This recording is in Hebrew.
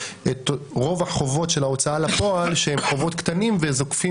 רוב החובות של ההוצאה לפועל הם חובות קטנים וזוקפים